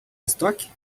estoque